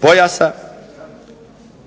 pojasa,